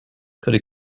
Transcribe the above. could